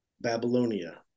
Babylonia